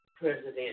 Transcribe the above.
president